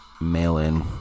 mail-in